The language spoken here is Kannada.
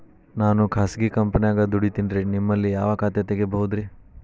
ನಾನು ಖಾಸಗಿ ಕಂಪನ್ಯಾಗ ದುಡಿತೇನ್ರಿ, ನಿಮ್ಮಲ್ಲಿ ಯಾವ ಖಾತೆ ತೆಗಿಬಹುದ್ರಿ?